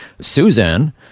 Suzanne